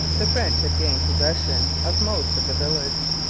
the french had gained possession of most of the village.